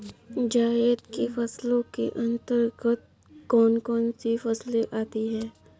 जायद की फसलों के अंतर्गत कौन कौन सी फसलें आती हैं?